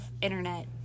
internet